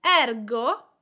ergo